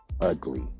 Ugly